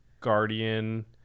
Guardian